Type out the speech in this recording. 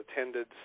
attended